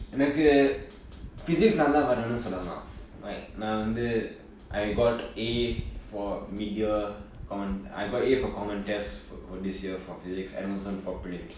எனக்கு:enakku physics நல்லா வரும்னு சொல்லலாம்:nalla varumnu sollalaam like நா வந்து:naa vanthu I got A for mid year common I got A for common tests for this year for physics and also for prelims